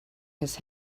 his